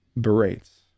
berates